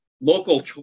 local